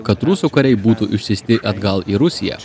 kad rusų kariai būtų išsiųsti atgal į rusiją